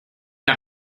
der